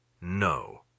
No